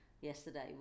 yesterday